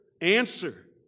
Answer